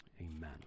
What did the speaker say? Amen